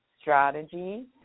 strategy